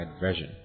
version